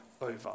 over